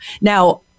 Now-